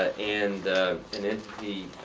and the